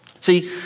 See